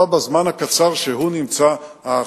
בזמן הקצר שהחניך,